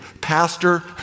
Pastor